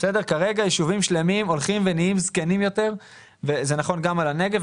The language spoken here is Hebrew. כרגע ישובים שלמים הולכים ומזקינים וזה נכון גם לגבי הנגב.